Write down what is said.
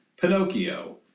Pinocchio